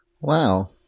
Wow